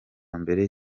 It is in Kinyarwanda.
mbere